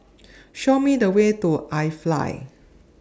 Show Me The Way to IFly